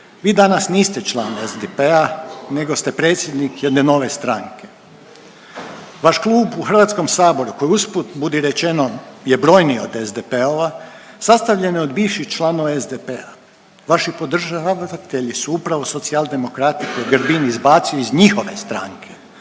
vi danas niste član SDP-a, nego ste predsjednik jedne nove stranke. Vaš klub u Hrvatskom saboru koji usput budi rečeno je brojniji od SDP-ova sastavljen je od bivših članova SDP-a. Vaši podržavatelji su upravo Socijaldemokrati koje je Grbin izbacio iz njihove stranke.